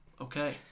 Okay